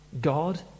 God